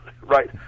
right